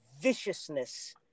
viciousness